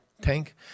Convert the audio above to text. tank